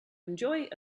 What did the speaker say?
enjoy